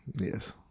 yes